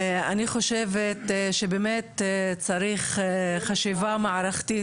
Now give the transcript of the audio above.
אני חושבת שבאמת צריך חשיבה מערכתית